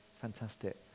Fantastic